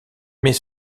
mais